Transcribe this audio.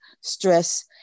stress